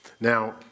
Now